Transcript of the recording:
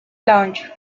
lounge